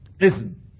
Listen